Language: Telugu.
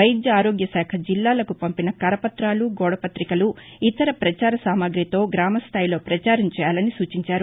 వైద్య ఆరోగ్యశాఖ జిల్లాలకు పంపిన కరపతాలు గోడపతికలు ఇతర పచార సామగ్రితో గ్రామస్థాయిలో ప్రపచారం చేయాలని అన్నారు